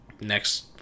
next